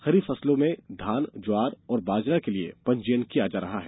खरीफ फसलों में धानज्वार और बाजरा के लिए पंजीयन किया जा रहा है